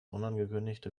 unangekündigte